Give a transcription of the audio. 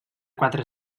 quatre